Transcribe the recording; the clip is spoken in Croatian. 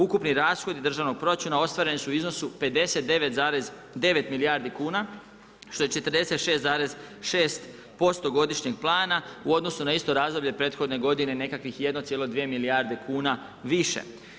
Ukupni rashodi državnog proračuna ostvareni su u iznosu 59,9 milijardi kuna što je 46,6% godišnjeg plana u odnosu na isto razdoblje prethodne godine nekakvih 1,2 milijarde kuna više.